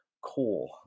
core